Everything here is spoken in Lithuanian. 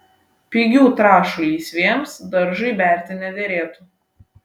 pigių trąšų lysvėms daržui berti nederėtų